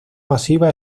masiva